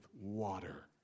water